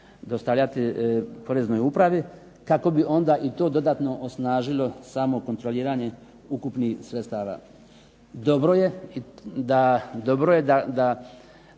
dostavljati Poreznoj upravi kako bi onda i to dodatno osnažilo samo kontroliranje ukupnih sredstava. Dobro je da